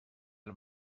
del